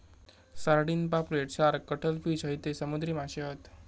sardine, पापलेट, shark, cuttlefish हयते समुद्री माशे हत